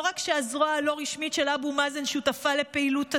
לא רק שהזרוע הלא-רשמית של אבו מאזן שותפה לפעילות הטרור,